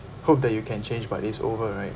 hope that you can change but it's over right